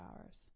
hours